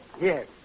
Yes